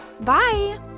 Bye